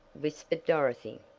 whispered dorothy.